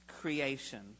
creation